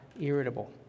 irritable